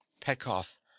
Petkoff